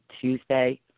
Tuesday